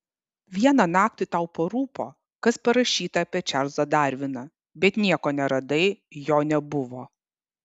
vieną naktį tau parūpo kas parašyta apie čarlzą darviną bet nieko neradai jo nebuvo